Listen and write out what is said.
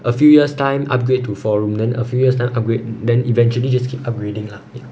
a few years time upgrade to four room then a few years time upgrade then eventually just keep upgrading lah